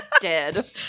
Dead